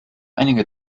einige